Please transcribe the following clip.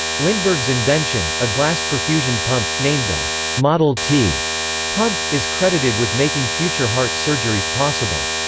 lindbergh's invention, a glass perfusion pump, named the model t pump, is credited with making future heart surgeries possible.